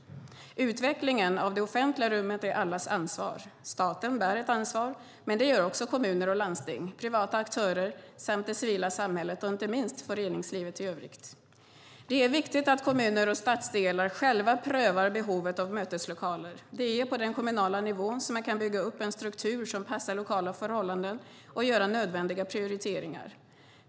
Utvecklingen av det offentliga rummet är allas ansvar. Staten bär ett ansvar, men det gör också kommuner och landsting, privata aktörer samt det civila samhället och inte minst föreningslivet i övrigt. Det är viktigt att kommuner och stadsdelar själva prövar behovet av möteslokaler. Det är på den kommunala nivån som man kan bygga upp en struktur som passar lokala förhållanden och göra nödvändiga prioriteringar.